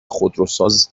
خودروساز